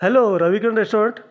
hello रविकन restaurant